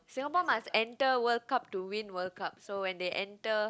Singapore must enter World Cup to win World Cup so when they enter